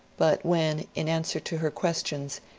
but when, in answer to her questions,